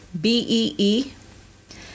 B-E-E